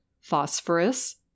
phosphorus